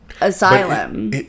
asylum